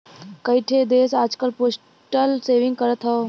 कई ठे देस आजकल पोस्टल सेविंग करत हौ